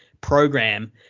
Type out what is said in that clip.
program